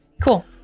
cool